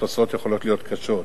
התוצאות יכולות להיות קשות.